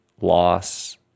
loss